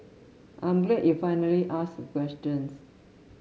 I'm glad you finally asked questions